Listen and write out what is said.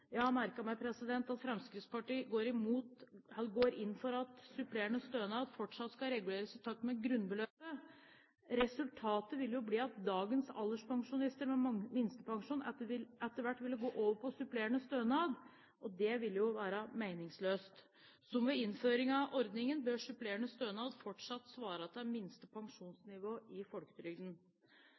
Jeg har merket meg at Fremskrittspartiet går inn for at supplerende stønad fortsatt skal reguleres i takt med grunnbeløpet. Resultatet ville jo bli at dagens alderspensjonister med minstepensjon etter hvert ville gå over på supplerende stønad, og det ville være meningsløst. Som ved innføringen av ordningen bør supplerende stønad fortsatt svare til minste pensjonsnivå i folketrygden.